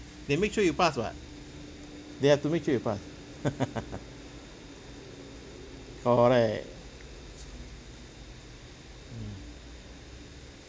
they make sure you pass what they have to make sure you pass correct mm